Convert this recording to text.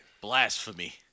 Blasphemy